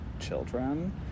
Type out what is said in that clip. children